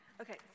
Okay